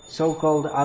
so-called